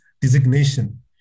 designation